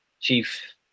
chief